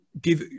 give